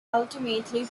ultimately